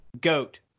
goat